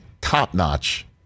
top-notch